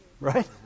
Right